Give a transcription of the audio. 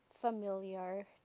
familiar